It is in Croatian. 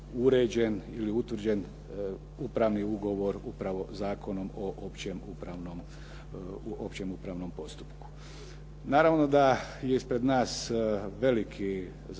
uređen ili utvrđen upravni ugovor upravo Zakonom o općem upravnom postupku. Naravno da je ispred nas veliki zakonski